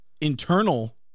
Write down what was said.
internal